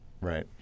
Right